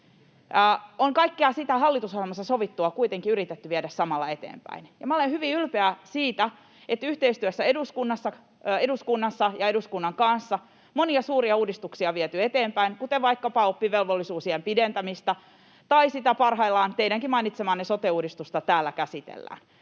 on kaikkea sitä hallitusohjelmassa sovittua kuitenkin yritetty viedä samalla eteenpäin. Ja minä olen hyvin ylpeä siitä, että yhteistyössä eduskunnassa ja eduskunnan kanssa monia suuria uudistuksia on viety eteenpäin, kuten vaikkapa oppivelvollisuusiän pidentämistä tai sitä teidänkin mainitsemaanne sote-uudistusta, jota täällä